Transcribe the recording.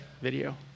video